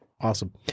Awesome